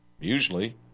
Usually